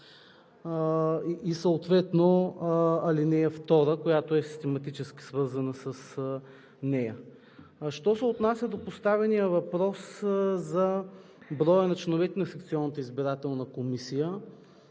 и съответно ал. 2, която е систематически свързана с нея. А що се отнася до поставения въпрос за броя на членовете на секционната избирателна комисия